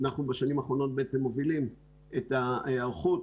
בשנים האחרונות אנחנו מובילים את ההיערכות.